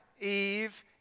Eve